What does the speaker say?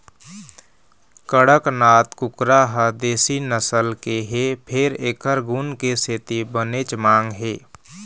कड़कनाथ कुकरा ह देशी नसल के हे फेर एखर गुन के सेती बनेच मांग हे